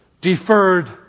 deferred